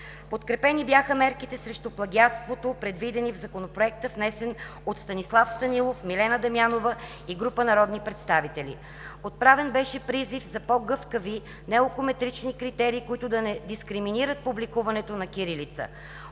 Подкрепени бяха мерките срещу плагиатството, предвидени в Законопроекта, внесен от Станислав Станилов, Милена Дамянова и група народни представители. Отправен беше призив за по-гъвкави наукометрични критерии, които да не дискриминират публикуването на кирилица.